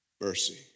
Mercy